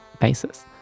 basis